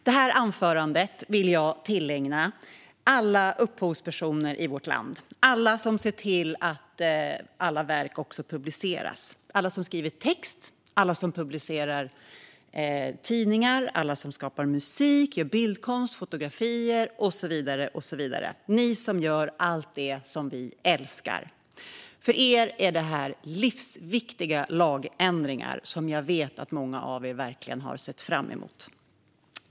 Det här anförandet vill jag tillägna alla upphovspersoner i vårt land - alla som ser till att verk publiceras, alla som skriver text, alla som publicerar tidningar, alla som skapar musik, gör bildkonst, fotograferar och så vidare. Det här anförandet är till er som gör allt det som vi älskar. För er är det här livsviktiga lagändringar som jag vet att många av er verkligen har sett fram emot.